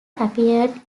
appeared